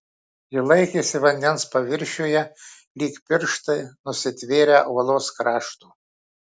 ji laikėsi vandens paviršiuje lyg pirštai nusitvėrę uolos krašto